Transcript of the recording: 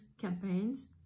campaigns